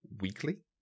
weekly